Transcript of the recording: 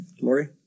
Lori